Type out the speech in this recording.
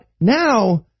now